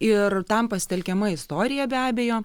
ir tam pasitelkiama istorija be abejo